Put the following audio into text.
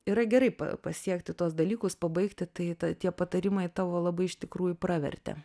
yra gerai pasiekti tuos dalykus pabaigti tai tie patarimai tavo labai iš tikrųjų pravertė